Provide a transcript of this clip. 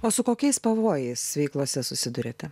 o su kokiais pavojais veiklose susiduriate